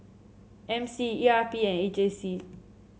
M C E R P and A J C